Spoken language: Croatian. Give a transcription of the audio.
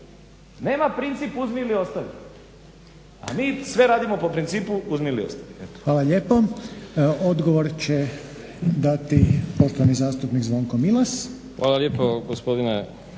Nema princip uzmi ili ostavi, a mi sve radimo po principu uzmi ili ostavi.